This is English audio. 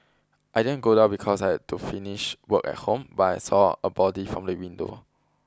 I didn't go down because I had to finish work at home but I saw a body from the window